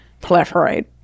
proliferate